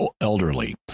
elderly